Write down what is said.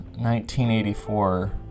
1984